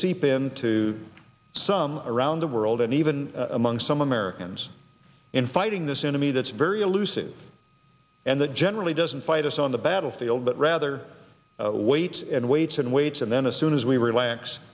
seep into some around the world and even among some americans in fighting this enemy that's very elusive and that generally doesn't fight us on the battlefield but rather waits and waits and waits and then as soon as we relax